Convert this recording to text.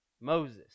Moses